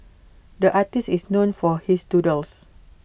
the artist is known for his doodles